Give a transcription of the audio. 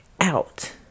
out